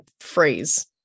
phrase